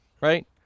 right